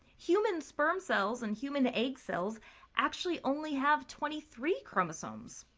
human sperm cells and human egg cells actually only have twenty three chromosomes.